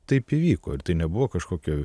taip įvyko ir tai nebuvo kažkokio